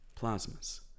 plasmas